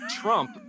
Trump